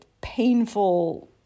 painful